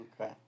Okay